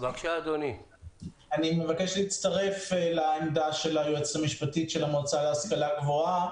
אני מבקש להצטרף לעמדה המשפטית של המועצה להשכלה גבוהה.